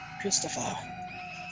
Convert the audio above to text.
christopher